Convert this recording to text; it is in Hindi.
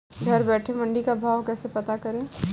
घर बैठे मंडी का भाव कैसे पता करें?